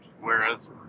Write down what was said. Whereas